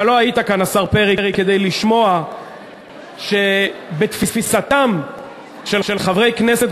אתה לא היית כאן כדי לשמוע שבתפיסתם של חברי כנסת